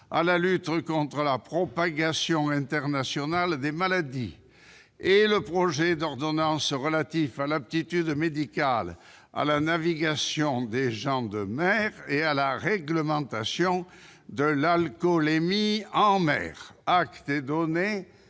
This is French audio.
à la lutte contre la propagation internationale des maladies ; -et le projet d'ordonnance relatif à l'aptitude médicale à la navigation des gens de mer et à la réglementation de l'alcoolémie en mer. Acte est donné